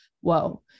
whoa